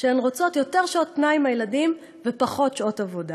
שהן רוצות יותר שעות פנאי עם הילדים ופחות שעות עבודה.